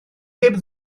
heb